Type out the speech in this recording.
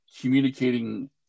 communicating